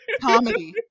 comedy